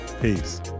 Peace